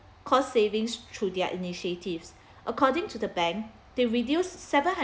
cost savings through their initiatives according to the bank they reduce seven hundred